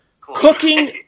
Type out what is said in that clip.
Cooking